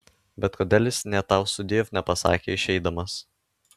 bet kodėl jis nė tau sudiev nepasakė išeidamas